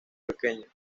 pequeña